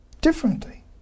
differently